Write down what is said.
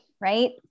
right